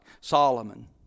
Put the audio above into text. Solomon